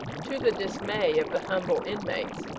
to the dismay of the humble inmates,